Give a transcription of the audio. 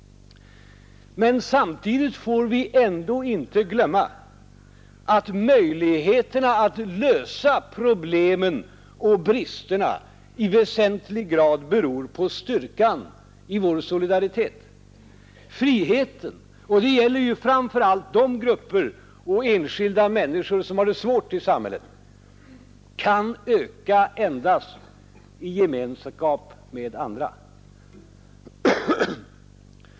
Men samtidigt får vi ändå inte glömma att möjligheten att lösa problemen och bristerna i väsentlig grad beror på styrkan i vår solidaritet. Friheten — och det gäller framför allt de grupper och enskilda människor som har det svårt i samhället — kan öka endast i gemenskap med andra.